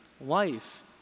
life